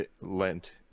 lent